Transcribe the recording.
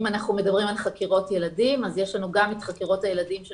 אם אנחנו מדברים על חקירות ילדים אז יש לנו גם את חקירות הילדים של